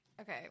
Okay